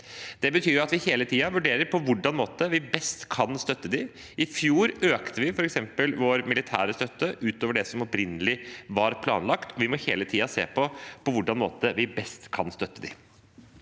Det betyr at vi hele tiden vurderer på hvilken måte vi best kan støtte dem. I fjor økte vi f.eks. vår militære støtte utover det som opprinnelig var planlagt. Vi må hele tiden se på på hvilken måte vi best kan støtte dem.